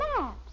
maps